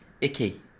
icky